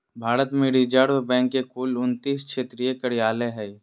भारत में reserve bank के कुल उन्तीस क्षेत्रीय कार्यालय हइ